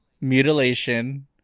mutilation